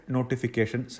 Notification